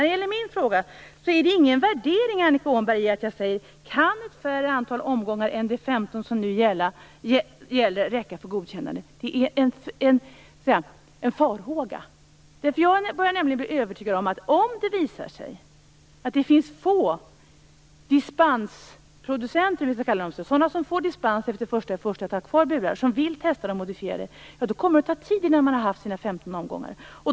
Det är ingen värdering, Annika Åhnberg, i att jag frågar: Kan ett mindre antal omgångar än de 15 som nu gäller räcka för godkännande? Det är en farhåga. Jag börjar nämligen bli övertygad om att om det visar sig att det finns få dispensproducenter eller vad vi skall kalla dem, dvs. sådana som får dispens efter den 1 januari att ha kvar burar och som vill testa de modifierade burarna, ja, då kommer det att ta tid innan man har haft dessa 15 omgångar.